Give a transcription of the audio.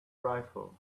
rifle